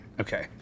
Okay